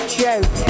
joke